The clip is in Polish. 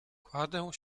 kładę